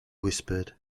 whispered